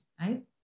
right